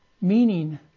meaning